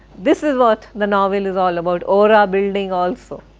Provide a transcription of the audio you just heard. this is what the novel is all about, aura building also.